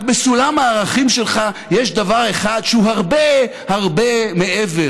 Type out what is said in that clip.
רק בסולם הערכים שלך יש דבר אחד שהוא הרבה הרבה מעבר